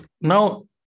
Now